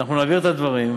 אנחנו נעביר את הדברים,